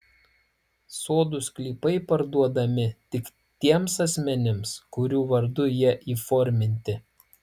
sodų sklypai parduodami tik tiems asmenims kurių vardu jie įforminti